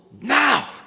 now